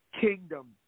Kingdom